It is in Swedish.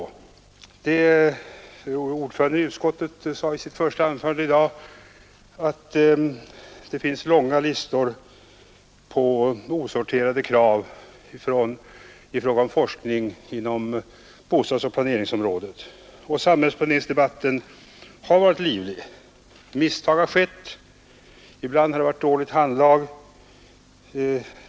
Utskottets ordförande sade i sitt första anförande i dag, att det finns långa listor på osorterade krav i fråga om forskning inom bostadsoch planeringsområdet. Samhällsplaneringsdebatten har varit livlig. Misstag har skett. Ibland har det varit fråga om dåligt handlag.